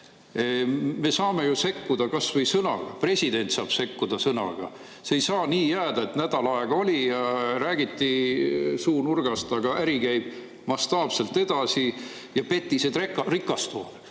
Me saame ju sekkuda kas või sõnaga. President saab sekkuda sõnaga. See ei saa nii jääda, et nädal aega räägiti suunurgast, aga äri käib mastaapselt edasi ja petised rikastuvad.